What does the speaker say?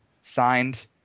Signed